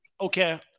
okay